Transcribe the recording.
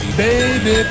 baby